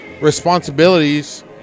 responsibilities